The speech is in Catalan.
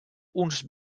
uns